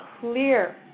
clear